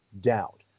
doubt